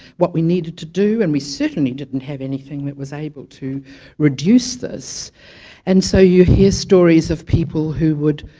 what we needed to do and we certainly didn't have anything that was able to reduce this and so you hear stories of people who would